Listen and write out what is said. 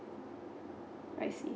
I see